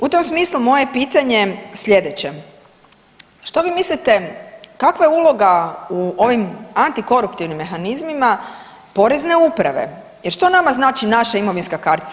U tom smislu, moje pitanje je sljedeće, što vi mislite, kakva je uloga u ovim antikoruptivnim mehanizmima Porezne uprave jer što nama znači naša imovinska kartica?